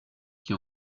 qui